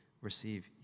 receive